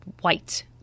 white